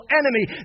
enemy